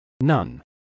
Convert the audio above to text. None